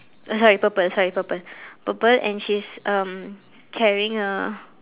uh sorry purple sorry purple purple and she's um carrying a